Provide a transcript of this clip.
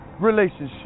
relationship